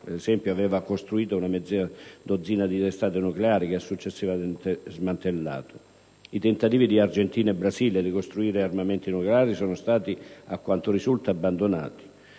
Sud Africa aveva costruito una mezza dozzina di testate nucleari che ha successivamente smantellato; i tentativi di Argentina e Brasile di costruire armamenti nucleari sono stati, a quanto risulta, abbandonati.